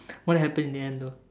what happened in the end though